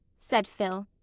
said phil.